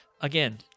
Again